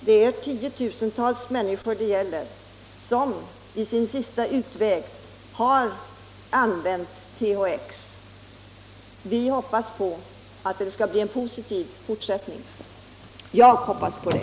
Det gäller tiotusentals människor vilka som sin sista utväg har använt THX. Vi hoppas på att det skall bli en positiv fortsättning — jag hoppas på det.